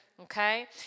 Okay